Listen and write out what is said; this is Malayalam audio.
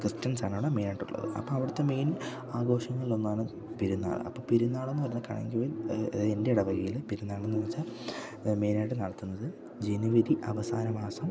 ക്രിസ്ത്യൻസാണ് മെയിനായിട്ടുള്ളത് അപ്പം അവിടുത്തെ മെയിൻ ആഘോഷങ്ങളിലൊന്നാണ് പെരുന്നാൾ അപ്പോൾ പെരുന്നാളെന്നു പറയുന്ന കണങ്കവയൽ എൻ്റെ ഇടവകയിൽ പെരുന്നാളെന്നു വെച്ചാൽ മെയിനായിട്ട് നടത്തുന്നത് ജനുവരി അവസാന മാസം